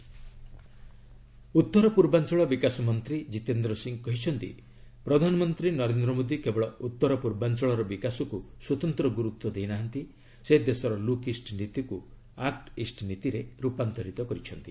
act east policy ଉତ୍ତର ପୂର୍ବାଞ୍ଚଳ ବିକାଶ ମନ୍ତ୍ରୀ ଜିତେନ୍ଦ୍ର ସିଂହ କହିଛନ୍ତି ପ୍ରଧାନମନ୍ତ୍ରୀ ନରେନ୍ଦ୍ର ମୋଦୀ କେବଳ ଉତ୍ତର ପୂର୍ବାଞ୍ଚଳର ବିକାଶକୁ ସ୍ୱତନ୍ତ୍ର ଗୁରୁତ୍ୱ ଦେଇନାହାନ୍ତି ସେ ଦେଶର ଲୁକ୍ ଇଷ୍ଟ ନୀତିକୁ ଆକୁ ଇଷ୍ଟ ନୀତିରେ ରୂପାନ୍ତରିତ କରିଛନ୍ତି